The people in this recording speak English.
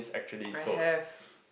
I have